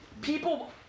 people